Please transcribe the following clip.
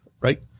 right